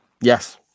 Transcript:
Yes